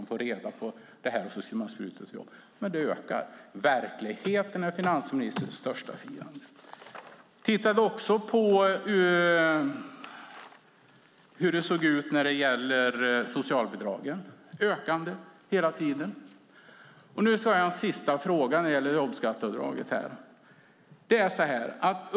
Det ökar. Verkligheten är finansministerns största fiende. Tittar vi på hur det såg ut när det gäller socialbidragen ser vi att de också är ökande, hela tiden. Jag har en sista fråga när det gäller jobbskatteavdraget.